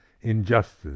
injustice